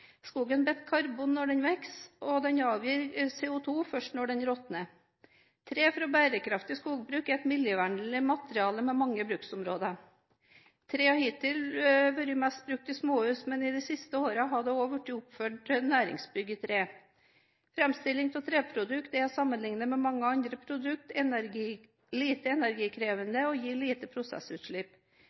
Skogen binder karbon når den vokser, og den avgir CO2først når den råtner. Tre fra bærekraftig skogbruk er et miljøvennlig materiale med mange bruksområder. Tre har hittil vært mest brukt i småhus, men i de siste årene er det også oppført næringsbygg i tre. Framstilling av treprodukt er, sammenlignet med mange andre produkt, lite energikrevende og gir lite prosessutslipp.